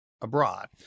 abroad